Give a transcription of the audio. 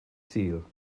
sul